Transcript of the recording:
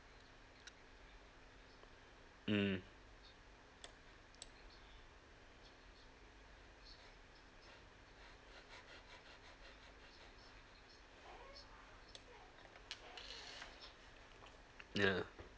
mm ya